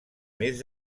més